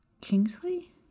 Kingsley